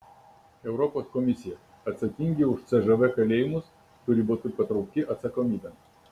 europos komisija atsakingi už cžv kalėjimus turi būti patraukti atsakomybėn